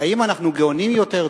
האם אנחנו גאונים יותר,